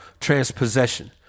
transpossession